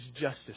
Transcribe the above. justice